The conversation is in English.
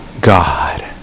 God